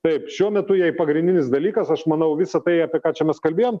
taip šiuo metu jai pagrindinis dalykas aš manau visa tai apie ką čia mes kalbėjom